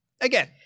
Again